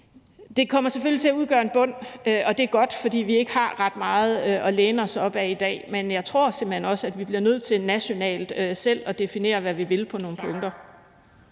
det kommer selvfølgelig til at udgøre en bund, og det er godt, for vi har ikke ret meget at læne os op ad i dag. Men jeg tror simpelt hen også, at vi bliver nødt til nationalt selv at definere, hvad vi vil på nogle punkter.